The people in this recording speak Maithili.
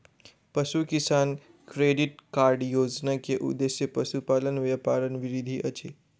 पशु किसान क्रेडिट कार्ड योजना के उद्देश्य पशुपालन व्यापारक वृद्धि अछि